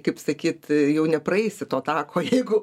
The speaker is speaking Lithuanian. kaip sakyt jau nepraeisi to tako jeigu